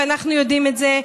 ואנחנו יודעים את זה,